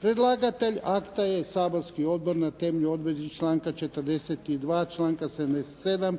Predlagatelj akta je Saborski odbor na temelju odredbi članka 42., članka 77.,